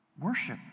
Worship